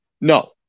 No